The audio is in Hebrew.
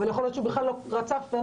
אבל יכול להיות שהוא בכלל לא רצף ואין